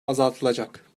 azaltılacak